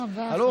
לא הגזמת כבר.